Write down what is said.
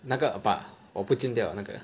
那个 but 我不见掉 liao 那个